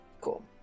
cool